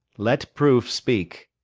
let proof speak.